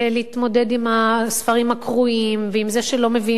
להתמודד עם הספרים הקרועים ועם זה שלא מביאים ולא